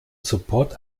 support